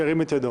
ירים את ידו.